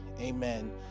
amen